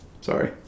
sorry